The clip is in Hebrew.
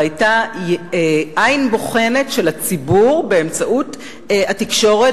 והיתה עין בוחנת של הציבור באמצעות התקשורת,